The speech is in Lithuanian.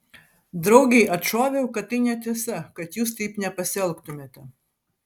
draugei atšoviau kad tai netiesa kad jūs taip nepasielgtumėte